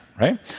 right